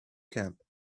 camp